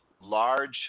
large